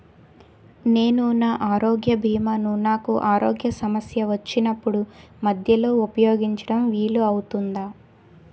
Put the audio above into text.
నేను నా ఆరోగ్య భీమా ను నాకు ఆరోగ్య సమస్య వచ్చినప్పుడు మధ్యలో ఉపయోగించడం వీలు అవుతుందా?